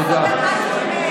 תודה.